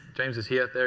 james is here.